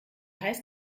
heißt